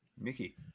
Mickey